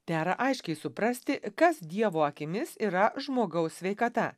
dera aiškiai suprasti kas dievo akimis yra žmogaus sveikata